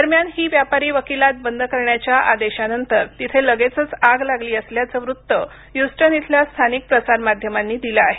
दरम्यान ही व्यापारी वकिलात बंद करण्याच्या आदेशानंतर तिथे लगेचच आग लागली असल्याचं वृत्त ह्यूस्टन इथल्या स्थानिक प्रसारमाध्यमांनी दिलं आहे